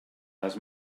les